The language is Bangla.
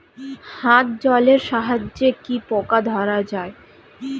হাত জলের সাহায্যে কি পোকা ধরা যায়?